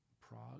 Prague